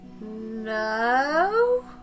No